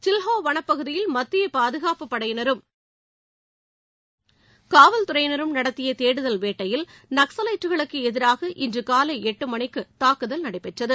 சில்கோ வளப்பகுதியில் மத்திய பாதுகாப்புப் படையினரும் காவல் துறையினரும் நடத்திய தேடுதல் வேட்டையில் நக்சவைட்டுகளுக்கு எதிராக இன்று காலை எட்டு மணிக்கு தாக்குதல் நடைபெற்றது